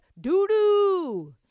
doo-doo